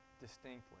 distinctly